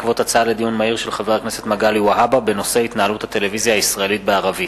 בעקבות דיון מהיר בנושא: התנהלות הטלוויזיה הישראלית בערבית,